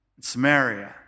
Samaria